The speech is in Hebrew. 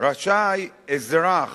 רשאי אזרח